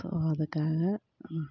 so அதுக்காக ம்